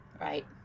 right